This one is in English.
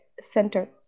center